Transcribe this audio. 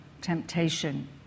temptation